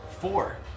Four